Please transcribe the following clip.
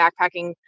backpacking